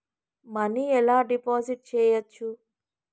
Money ఎలా deposit చేయచ్చు?